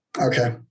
Okay